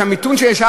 המיתון שיש,